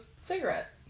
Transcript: cigarette